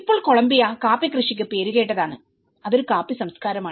ഇപ്പോൾ കൊളംബിയ കാപ്പി കൃഷിക്ക് പേരുകേട്ടതാണ് അതൊരു കാപ്പി സംസ്കാരമാണ്